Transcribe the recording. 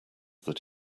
that